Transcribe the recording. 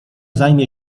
zajmie